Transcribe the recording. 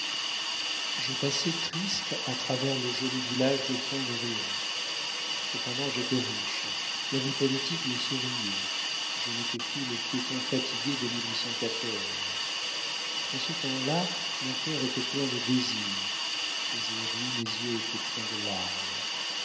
je passai triste à travers le joli village de pont de ruan cependant j'étais riche la vie politique me souriait je n'étais plus le piéton fatigué de dans ce temps-là mon cœur était plein de désirs aujourd'hui mes yeux étaient pleins de larmes